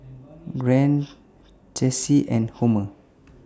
Grant Chessie and Homer